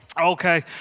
Okay